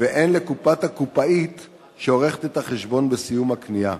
והן לקופת הקופאית שעורכת את החשבון בסיום הקנייה.